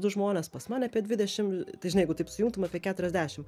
du žmonės pas mane apie dvidešim tai žinai jeigu taip sujungtum apie keturiasdešim